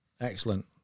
Excellent